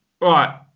right